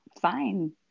fine